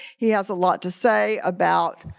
he has a lot to say about